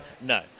No